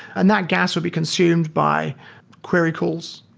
and that gas will be consumed by query calls,